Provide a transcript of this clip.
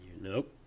Nope